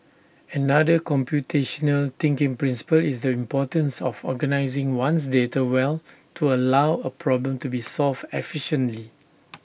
another computational thinking principle is the importance of organising one's data well to allow A problem to be solved efficiently